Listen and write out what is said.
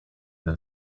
than